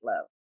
love